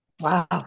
Wow